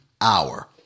hour